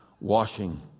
washing